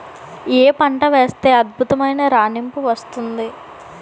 ఏ పంట వేస్తే అద్భుతమైన రాణింపు వస్తుంది?